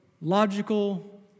logical